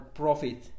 profit